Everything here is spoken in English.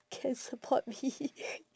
can support me